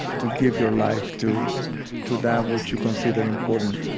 to give your life to to that which you consider important.